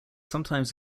sometimes